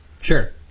Sure